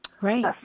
Right